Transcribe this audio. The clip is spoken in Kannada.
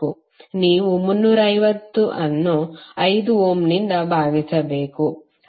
ನೀವು 350 ಅನ್ನು 5 ಓಮ್ನಿಂದ ಭಾಗಿಸಬೇಕು